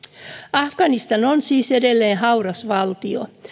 afganistan on siis edelleen hauras valtio